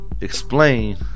explain